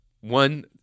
one